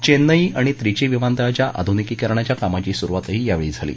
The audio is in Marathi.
चेन्नई आणि त्रिची विमानतळाच्या आधुनिकीकरणाच्या कामाची सुरुवातही यावेळी झाली